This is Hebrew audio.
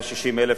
160,000,